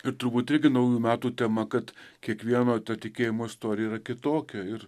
ir turbūt irgi naujų metų tema kad kiekvieno ta tikėjimo istorija yra kitokia ir